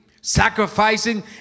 Sacrificing